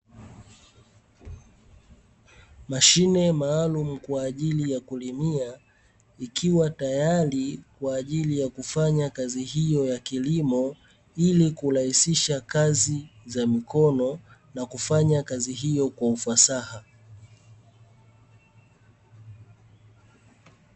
Mashine maalumu kwa ajili ya kulimia, ikiwa tayari kwa ajili ya kufanya kazi hiyo ya kilimo, ili kurahisisha kazi za mikono na kufanya kazi hiyo kwa ufasaha.